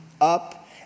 up